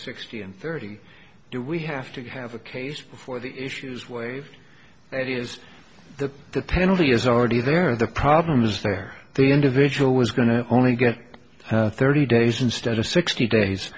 sixty and thirty do we have to have a case before the issues waive that is the the penalty is already there the problem is there the individual was going to only get thirty days instead of sixty days